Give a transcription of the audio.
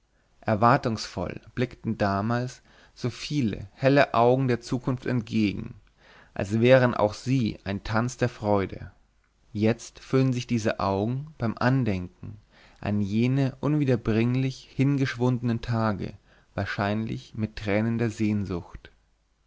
erwartungsvoll blickten damals so viele helle augen der zukunft entgegen als wäre auch sie ein tanz der freude jetzt füllen sich diese augen beim andenken an jene unwiederbringlich hingeschwundenen tage wahrscheinlich mit tränen der sehnsucht